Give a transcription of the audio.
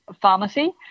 pharmacy